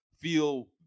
feel